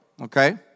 okay